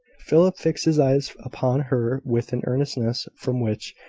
philip fixed his eyes upon her with an earnestness from which,